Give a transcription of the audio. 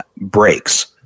breaks